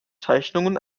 zeichnungen